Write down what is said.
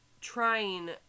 trying